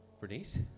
Bernice